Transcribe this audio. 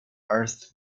earth